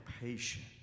patient